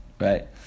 right